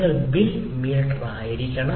നിങ്ങൾ ബിൽ മീറ്ററായിരിക്കണം